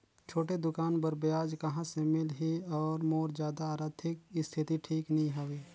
छोटे दुकान बर ब्याज कहा से मिल ही और मोर जादा आरथिक स्थिति ठीक नी हवे?